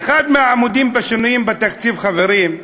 באחד העמודים בשינויים בתקציב, חברים,